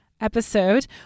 episode